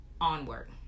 onward